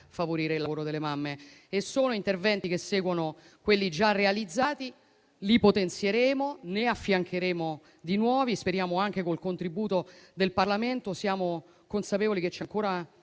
favorire il lavoro delle mamme. E sono interventi che seguono quelli già realizzati, li potenzieremo, ne affiancheremo di nuovi, speriamo anche con il contributo del Parlamento. Siamo consapevoli che c'è ancora